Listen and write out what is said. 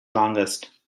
longest